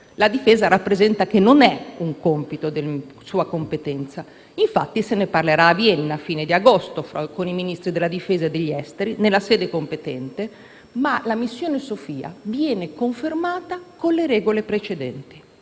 La Difesa rappresenta che non è un compito di sua competenza; infatti, se ne parlerà a Vienna alla fine di agosto tra alcuni Ministri della difesa e degli esteri nella sede competente, ma la missione Sophia viene confermata con le regole precedenti.